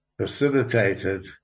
facilitated